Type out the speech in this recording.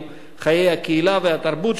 חיי הקהילה והתרבות שלנו,